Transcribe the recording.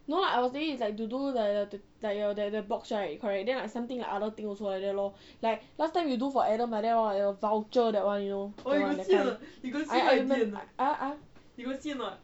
no lah I was thinking it's like to do like the like the box right correct then like something like other thing also ah like that lor like last time you do for adam like that lor like that lor like voucher that one you know that one that kind !huh!